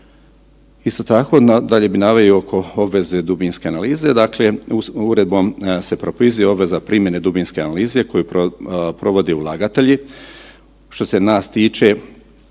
Isto tako, dalje bi naveo i oko obveze dubinske analize. Dakle, uredbom se propisuje obveza primjene dubinske analize koju provode ulagatelji. Što se nas tiče ovo